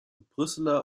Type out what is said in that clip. brüsseler